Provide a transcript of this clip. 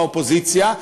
באופוזיציה,